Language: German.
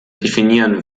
definieren